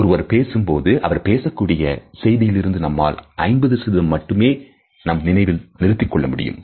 ஒருவர் பேசும்பொழுது அவர் பேசக்கூடிய செய்தியிலிருந்து நம்மால்50 மட்டுமே நம் நினைவில் நிறுத்திக் கொள்ள முடியும்